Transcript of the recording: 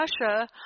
Russia